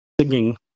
singing